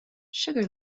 sugar